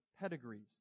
pedigrees